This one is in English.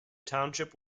township